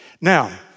Now